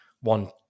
one